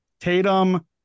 Tatum